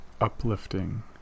uplifting